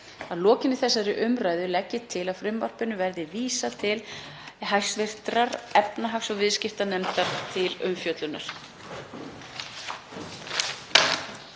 Að lokinni þessari umræðu legg ég til að frumvarpinu verði vísað til hv. efnahags- og viðskiptanefndar til umfjöllunar.